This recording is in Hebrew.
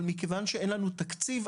אבל מכיוון שאין לנו תקציב,